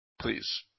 please